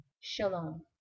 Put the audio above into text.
Shalom